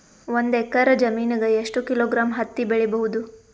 ಒಂದ್ ಎಕ್ಕರ ಜಮೀನಗ ಎಷ್ಟು ಕಿಲೋಗ್ರಾಂ ಹತ್ತಿ ಬೆಳಿ ಬಹುದು?